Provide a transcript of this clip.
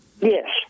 Yes